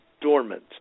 dormant